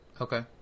Okay